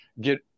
get